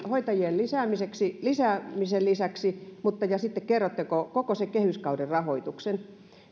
hoitajien lisäämisen lisäksi ja sitten kerrotteko koko sen kehyskauden rahoituksen